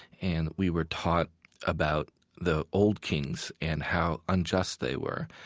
and we were taught about the old kings and how unjust they were.